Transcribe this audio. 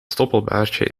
stoppelbaardje